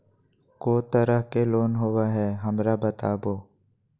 को तरह के लोन होवे हय, हमरा बताबो?